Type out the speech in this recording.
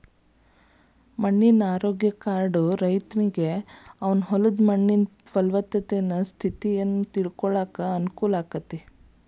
ಮಣ್ಣಿನ ಆರೋಗ್ಯ ಕಾರ್ಡ್ ರೈತನಿಗೆ ಅವನ ಹೊಲದ ಮಣ್ಣಿನ ಪಲವತ್ತತೆ ಸ್ಥಿತಿಯನ್ನ ತಿಳ್ಕೋಳಾಕ ಅನುಕೂಲ ಆಗೇತಿ